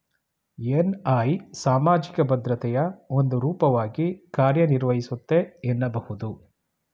NI ಸಾಮಾಜಿಕ ಭದ್ರತೆಯ ಒಂದು ರೂಪವಾಗಿ ಕಾರ್ಯನಿರ್ವಹಿಸುತ್ತೆ ಎನ್ನಬಹುದು